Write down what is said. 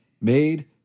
made